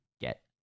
get